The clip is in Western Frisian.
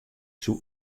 soe